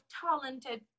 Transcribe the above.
talented